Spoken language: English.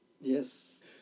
Yes